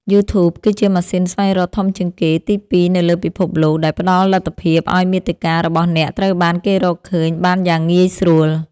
យូធូប គឺជាម៉ាស៊ីនស្វែងរកធំជាងគេទីពីរនៅលើពិភពលោក ដែលផ្តល់លទ្ធភាពឱ្យមាតិការបស់អ្នកត្រូវបានគេរកឃើញបានយ៉ាងងាយស្រួល។